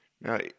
Now